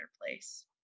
place